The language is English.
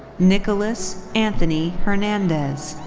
nicolas anthony hernandez.